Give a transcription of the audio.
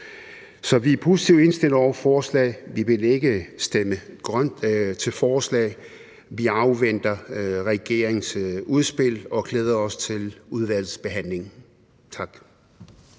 Så vi er positivt indstillet over for forslaget, men vi vil ikke stemme grønt til forslaget, for vi afventer regeringens udspil og glæder os til udvalgsbehandlingen. Tak.